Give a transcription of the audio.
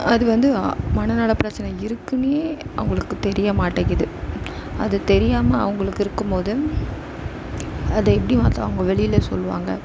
அது வந்து மனநல பிரச்சனை இருக்குதுன்னே அவங்களுக்கு தெரிய மாட்டேங்கிது அது தெரியாம அவங்களுக்கு இருக்கும்போது அதை எப்படி வந்து அவங்க வெளியில சொல்லுவாங்க